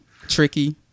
tricky